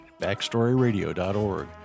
BackstoryRadio.org